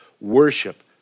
Worship